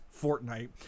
Fortnite